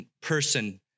person